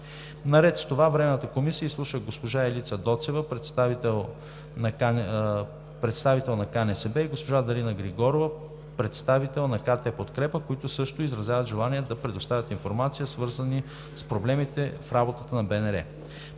Наред с това Временната комисия изслушва госпожа Елица Доцева, представител на КНСБ, и госпожа Дарина Григорова, представител на КТ „Подкрепа“, които също изразяват желание да представят информация, свързана с проблеми в работата на БНР.